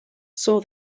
saw